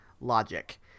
logic